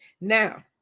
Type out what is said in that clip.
now